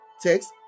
text